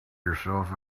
yourselves